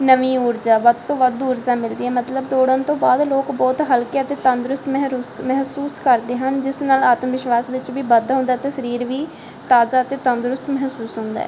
ਨਵੀਂ ਊਰਜਾ ਵੱਧ ਤੋਂ ਵੱਧ ਊਰਜਾ ਮਿਲਦੀ ਆ ਮਤਲਬ ਦੌੜਨ ਤੋਂ ਬਾਅਦ ਲੋਕ ਬਹੁਤ ਹਲਕੇ ਅਤੇ ਤੰਦਰੁਸਤ ਮਹਿਰੂਸ ਮਹਿਸੂਸ ਕਰਦੇ ਹਨ ਜਿਸ ਨਾਲ ਆਤਮ ਵਿਸ਼ਵਾਸ ਵਿੱਚ ਵੀ ਵਾਧਾ ਹੁੰਦਾ ਅਤੇ ਸਰੀਰ ਵੀ ਤਾਜ਼ਾ ਅਤੇ ਤੰਦਰੁਸਤ ਮਹਿਸੂਸ ਹੁੰਦਾ ਹੈ